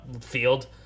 field